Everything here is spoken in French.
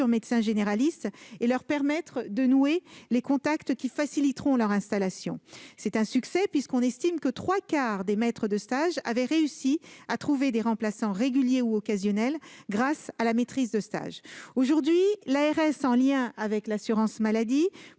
médecins généralistes et leur permettre de nouer les contacts qui faciliteront leur installation. C'est un succès, puisqu'on estime que trois quarts des maîtres de stage ont réussi à trouver des remplaçants réguliers ou occasionnels grâce à ce dispositif. Aujourd'hui, l'ARS, en lien avec l'assurance maladie,